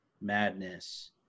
madness